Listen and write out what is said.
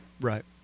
right